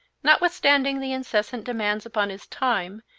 notwithstanding the incessant demands upon his time,